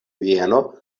bieno